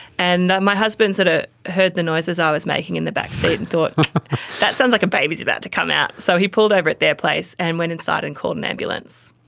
and my husband ah heard the noises i was making in the back seat and thought that sounds like a baby is about to come out, so he pulled over at their place and went inside and called an ambulance.